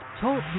Talk